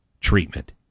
treatment